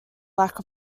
lack